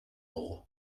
ore